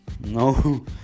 No